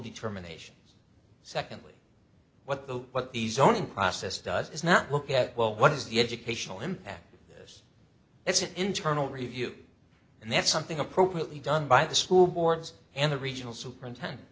determinations secondly what the what these owning process does is not look at well what is the educational impact it's an internal review and that's something appropriately done by the school boards and the regional superintendent